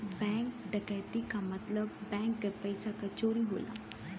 bank डकैती क मतलब बैंक के पइसा क चोरी होला